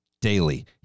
daily